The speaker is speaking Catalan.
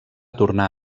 tornar